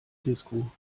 disco